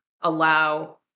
allow